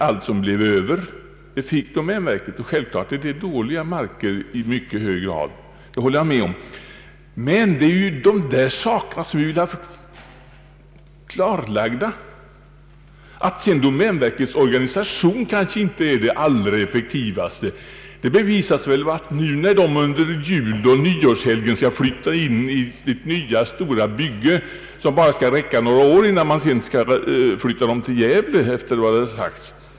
Allt som blev över fick självklart kronan, domänverket. Jag håller med om att det var mycket dåliga marker, men det är ju dessa saker som vi vill ha klarlagda. Sedan är det en annan sak om domänverkets organisation är den allra effektivaste. Vid jul och nyår skall verket flytta in i sitt nya hus, som bara skall räcka några år innan man skall flytta på nytt, till Falun eller Gävle, efter vad det har sagts.